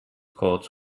colts